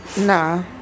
Nah